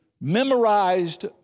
memorized